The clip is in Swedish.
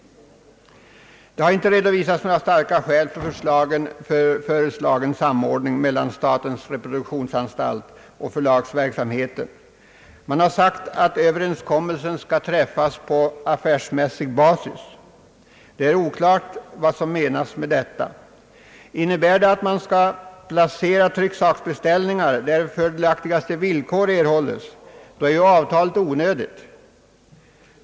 Det har inte redovisats några starka skäl för föreslagen samordning mellan statens reproduktionsanstalt och förlagsverksamheten. Man har sagt att överenskommelsen skall träffas på »affärsmässig basis». Det är oklart vad som menas med detta. Innebär det att man skall placera trycksaksbeställningar, där fördelaktigaste villkor erhålles, då är ju avtalet onödigt.